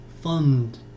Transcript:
Fund